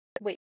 wait